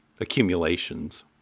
accumulations